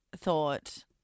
thought